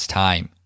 time